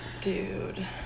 Dude